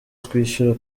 twishyura